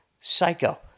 psycho